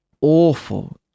awful